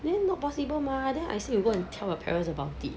then not possible mah then I say you go and tell your parents about it